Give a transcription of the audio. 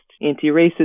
anti-racist